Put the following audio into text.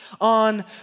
on